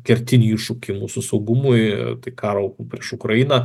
kertinį iššūkį mūsų saugumui tai karo prieš ukrainą